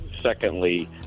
Secondly